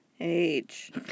Age